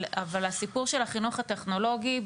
אבל הסיפור של החינוך הטכנולוגי,